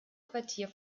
quartier